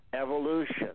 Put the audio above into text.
Evolution